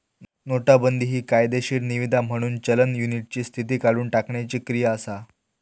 नोटाबंदी हि कायदेशीर निवीदा म्हणून चलन युनिटची स्थिती काढुन टाकण्याची क्रिया असा